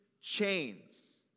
chains